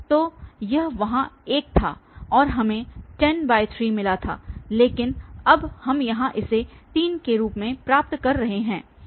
तो वह वहां 1 था और हमें 103 मिला था लेकिन अब हम यहां इसे 3 के रूप में प्राप्त कर रहे हैं